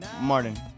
Martin